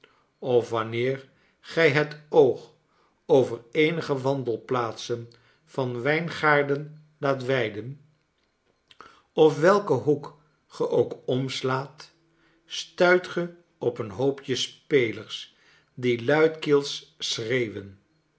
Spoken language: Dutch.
of wanneer gij het oog over eenige wandelplaatsen vanwijngaarden laatweiden of welken hoek ge ook omslaat stuit ge op een hoopje spelers die luidkeels schreeuwen